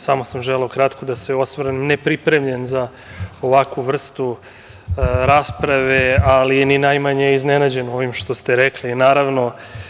Samo sam želeo kratko da se osvrnem, nepripremljen za ovakvu vrstu rasprave, ali ni najmanje iznenađen ovim što ste rekli, naravno.